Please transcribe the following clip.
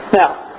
now